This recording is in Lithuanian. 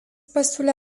pasiūlė